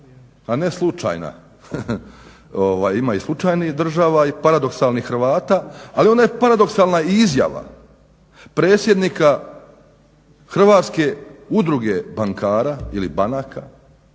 a ne slučajna, ima i slučajnih država, i paradoksalnih Hrvata, ali onda je paradoksalna i izjava predsjednika Hrvatske udruge bankara ili banaka